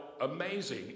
amazing